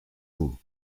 vous